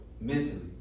mentally